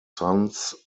sons